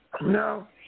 No